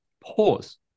pause